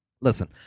Listen